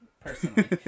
personally